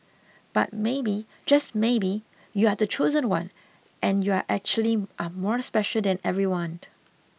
but maybe just maybe you are the chosen one and you are actually are more special than everyone